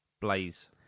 Blaze